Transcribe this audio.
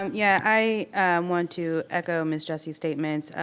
um yeah, i want to echo miss jessie's statements.